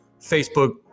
Facebook